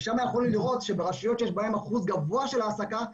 ושם יכולנו לראות ברשויות שיש שם אחוז גבוה של העסקה,